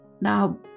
Now